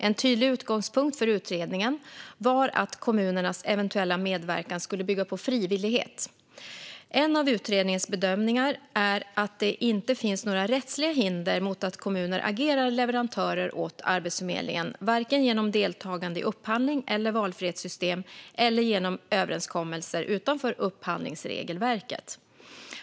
En tydlig utgångspunkt för utredningen var att kommunernas eventuella medverkan skulle bygga på frivillighet. En av utredningens bedömningar är att det inte finns några rättsliga hinder mot att kommuner agerar leverantörer åt Arbetsförmedlingen, varken genom deltagande i upphandling eller valfrihetssystem eller genom överenskommelser utanför upphandlingsregelverket.